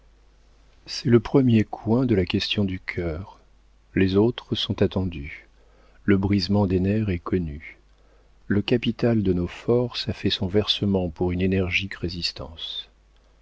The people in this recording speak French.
c'est le premier coin de la question du cœur les autres sont attendus le brisement des nerfs est connu le capital de nos forces a fait son versement pour une énergique résistance